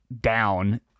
down